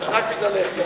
רק בגללךְ.